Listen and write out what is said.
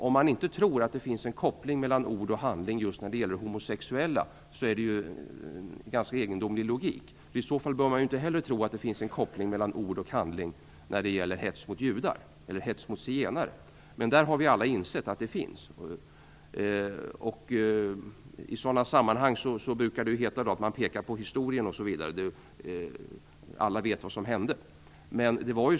Om man inte tror att det finns en koppling mellan ord och handling just när det gäller de homosexuella, så är det en ganska egendomlig logik. I så fall borde man inte heller tro att det finns en koppling mellan ord och handling när det gäller hets mot judar eller zigenare. Där har vi dock alla insett att det finns en sådan koppling. Man brukar i sådana sammanhang peka på historien osv. Alla vet ju vad som har hänt.